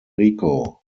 rico